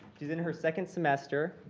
she's in her second semester.